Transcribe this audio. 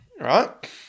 right